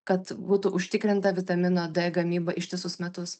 kad būtų užtikrinta vitamino d gamyba visus metus